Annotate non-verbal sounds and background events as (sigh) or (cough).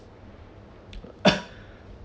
(coughs)